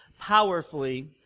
powerfully